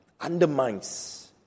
undermines